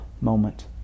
moment